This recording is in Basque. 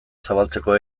zabaltzeko